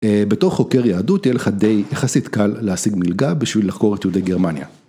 בתור חוקר יהדות יהיה לך יחסית קל להשיג מלגה בשביל לחקור את יהודי גרמניה.